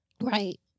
right